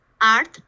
art